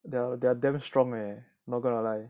they are they are damn strong lah not gonna lie